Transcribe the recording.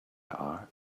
are